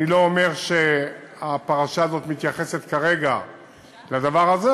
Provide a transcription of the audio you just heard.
אני לא אומר שהפרשה הזאת מתייחסת כרגע לדבר הזה,